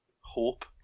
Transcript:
hope